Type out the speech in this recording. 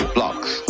Blocks